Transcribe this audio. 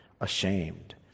ashamed